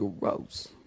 gross